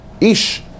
ish